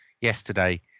yesterday